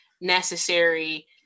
necessary